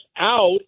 out